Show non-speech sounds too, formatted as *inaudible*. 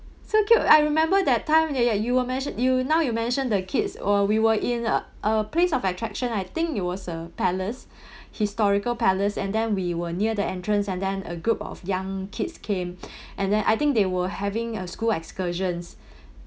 so cute I remember that time ya ya you are mention you now you mention the kids uh we were in uh a place of attraction I think it was a palace *breath* historical palace and then we were near the entrance and then a group of young kids came *breath* and then I think they were having a school excursions *breath*